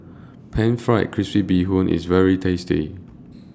Pan Fried Crispy Bee Hoon IS very tasty